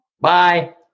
Bye